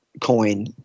coin